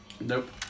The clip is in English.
nope